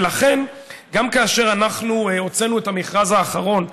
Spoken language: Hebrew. ולכן, גם כאשר הוצאנו את המכרז האחרון,